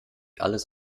alles